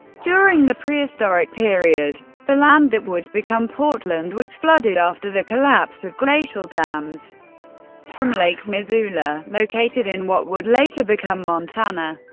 during the prehistoric period, the land that would become portland was flooded after the collapse of glacial dams from lake missoula, located in what would later become montana.